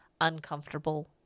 uncomfortable